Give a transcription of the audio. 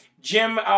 Jim